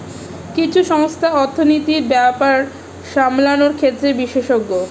কিছু সংস্থা অর্থনীতির ব্যাপার সামলানোর ক্ষেত্রে বিশেষজ্ঞ